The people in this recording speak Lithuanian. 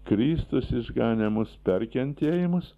kristus išganė mus per kentėjimus